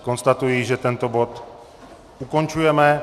Konstatuji, že tento bod ukončujeme.